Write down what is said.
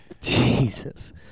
Jesus